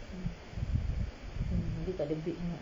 hmm hmm dia takde bridge sangat